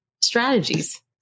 strategies